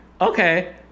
okay